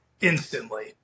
instantly